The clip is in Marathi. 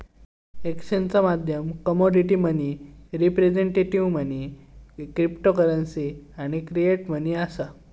एक्सचेंजचा माध्यम commodity money, representative money, cryptocurrency आणि फिएट मनी असा